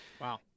Wow